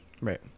Right